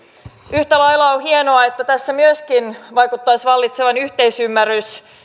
yhtä lailla on hienoa että tässä myöskin vaikuttaisi vallitsevan yhteisymmärrys